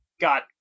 got